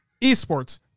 eSports